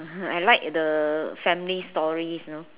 I like the family stories you know